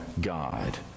God